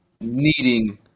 needing